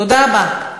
תודה רבה.